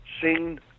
seen